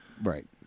Right